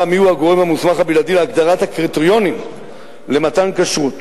מיהו הגורם המוסמך הבלעדי להגדרת הקריטריונים למתן כשרות.